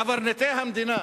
קברניטי המדינה